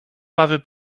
ławy